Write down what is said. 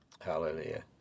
hallelujah